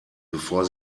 bevor